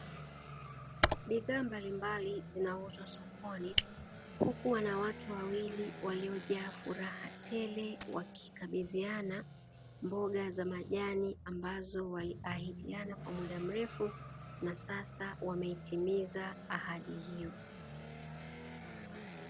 Bidhaa mbalimbali zinauzwa sokoni huku wanawake wawili waliojawa furaha tele wakikabidhiana mboga za majani, ambazo waliahidiana kwa muda mrefu na sasa wameitimiza ahadi hiyo.